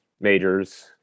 majors